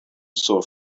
sort